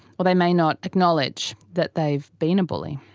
or they may not acknowledge that they've been a bully.